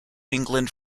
england